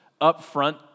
up-front